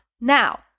Now